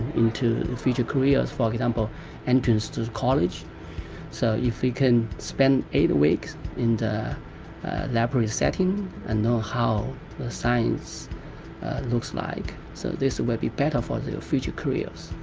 into future careers for example entrance to college so if we can spend eight weeks into that pre setting and know how the signs looks like so this would be better for their future careers.